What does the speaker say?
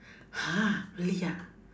!huh! really ah